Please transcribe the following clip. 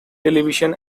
television